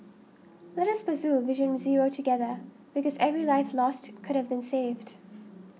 let us pursue Vision Zero together because every life lost could have been saved